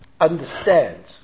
understands